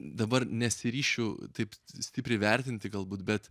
dabar nesiryšiu taip stipriai vertinti galbūt bet